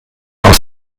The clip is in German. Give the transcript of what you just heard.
aus